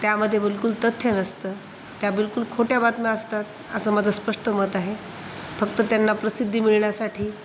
त्यामध्ये बिलकुल तथ्य नसतं त्या बिलकुल खोट्या बातम्या असतात असं माझं स्पष्ट मत आहे फक्त त्यांना प्रसिद्धी मिळण्यासाठी